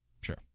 Sure